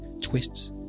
Twists